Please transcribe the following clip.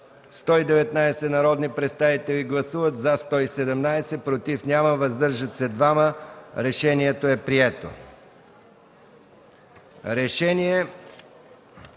119 народни представители: за 117, против няма, въздържали се 2. Решението е прието.